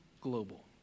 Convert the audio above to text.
global